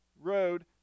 road